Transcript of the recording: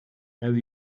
have